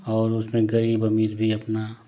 और उसमें कई अपना